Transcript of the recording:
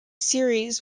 series